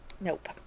Nope